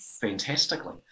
Fantastically